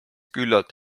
küllalt